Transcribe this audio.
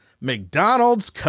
McDonald's